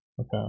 Okay